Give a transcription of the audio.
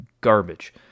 garbage